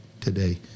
Today